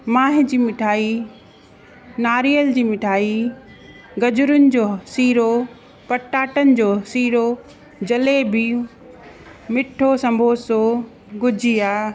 माहे जी मिठाई नारियल जी मिठाई गजरुनि जो सीरो पटाटनि जो सीरो जलेबियूं मिठो संबोसो गुजिया